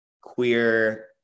queer